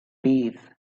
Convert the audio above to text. peace